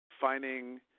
Finding